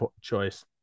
choice